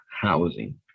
housing